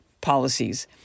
policies